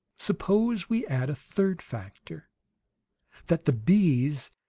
suppose we add a third factor that the bees,